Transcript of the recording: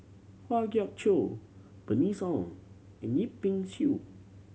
Kwa Geok Choo Bernice Ong and Yip Pin Xiu